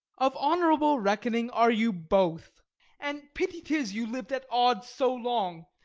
of honourable reckoning are you both and pity tis you liv'd at odds so long.